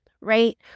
right